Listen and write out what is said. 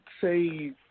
say